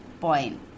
point